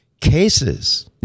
cases